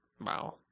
Wow